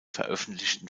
veröffentlichten